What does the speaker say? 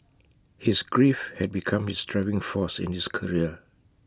his grief had become his driving force in his career